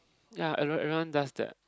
ya everyone everyone does that